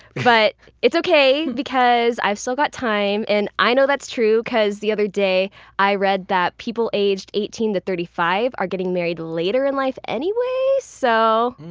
but it's okay because i've still got time! and i know that's true because the other day i read that people aged eighteen to thirty five are getting married later in life anyway, so,